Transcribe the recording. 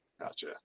Gotcha